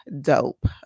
dope